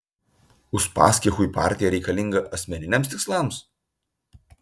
uspaskichui partija reikalinga asmeniniams tikslams